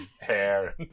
hair